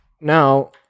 now